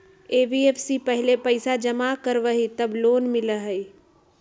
NBFC पहले पईसा जमा करवहई जब लोन मिलहई?